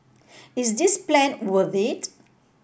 is this plan worth it